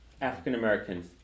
African-Americans